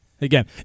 Again